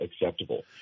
acceptable